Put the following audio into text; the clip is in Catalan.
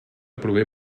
prové